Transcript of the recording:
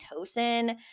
oxytocin